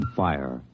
fire